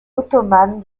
ottomanes